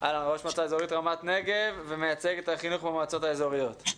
ראש מועצה אזורית רמת נגב ומייצג את החינוך במועצות האזוריות.